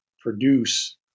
produce